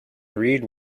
read